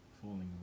falling